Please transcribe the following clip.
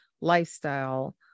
lifestyle